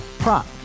Prop